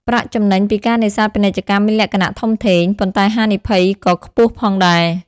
ប្រាក់ចំណេញពីការនេសាទពាណិជ្ជកម្មមានលក្ខណៈ ធំធេង ប៉ុន្តែហានិភ័យក៏ខ្ពស់ផងដែរ។